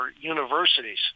universities